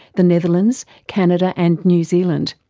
the netherlands, canada and new zealand.